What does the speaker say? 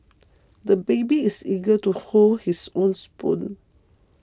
the baby is eager to hold his own spoon